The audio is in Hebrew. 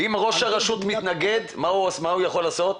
ואם ראש הרשות מתנגד, מה הוא יכול לעשות?